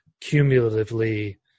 cumulatively